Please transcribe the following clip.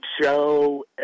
show